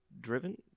driven